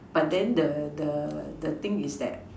but then the the the thing is that